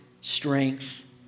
strength